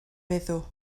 feddw